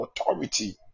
authority